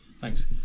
Thanks